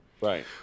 Right